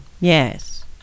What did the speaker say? Yes